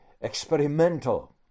experimental